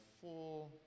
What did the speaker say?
four